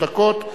שלוש דקות,